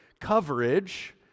coverage